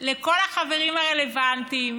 לכל החברים הרלוונטיים: